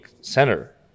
center